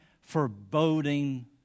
foreboding